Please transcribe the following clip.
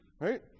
Right